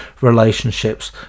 relationships